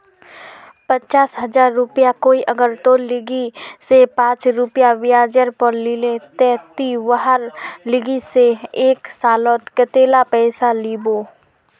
पचास हजार रुपया कोई अगर तोर लिकी से पाँच रुपया ब्याजेर पोर लीले ते ती वहार लिकी से एक सालोत कतेला पैसा लुबो?